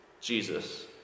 Jesus